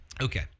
Okay